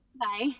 Bye